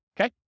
okay